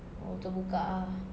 oh untuk buka ah